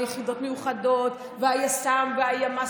יחידות מיוחדות והיס"מ והימ"ס,